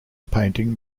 painting